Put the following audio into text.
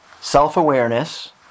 self-awareness